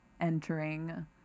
entering